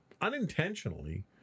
unintentionally